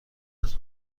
است